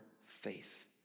faith